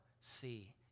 see